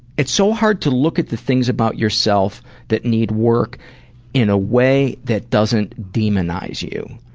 it's so hard to look at the things about yourself that need work in a way that doesn't demonize you.